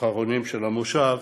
האחרונים של המושב,